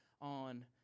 on